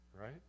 right